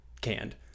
canned